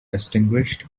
extinguished